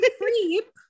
creep